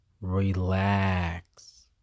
Relax